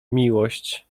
miłość